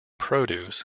produce